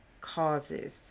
causes